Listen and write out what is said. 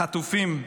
החטופים,